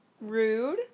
Rude